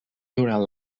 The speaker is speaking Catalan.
durant